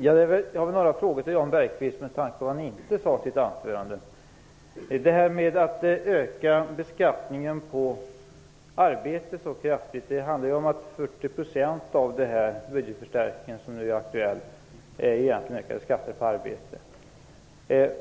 Fru talman! Jag har några frågor till Jan Bergqvist med tanke på vad han inte sade i sitt anförande. Det talades om att öka beskattningen på arbete kraftigt. Det handlar ju om att 40 % av den budgetförstärkning som nu är aktuell egentligen är skatt på arbete.